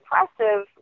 impressive